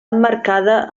emmarcada